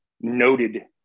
noted